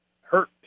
hurt